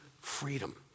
freedom